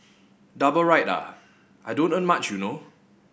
double ride ah I don't earn much you know